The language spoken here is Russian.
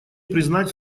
признать